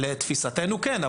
לתפיסתנו כן,